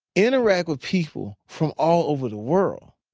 interact with people from all over the world.